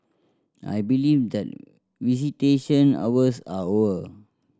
I believe that visitation hours are over